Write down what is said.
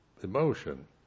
emotion